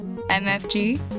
MFG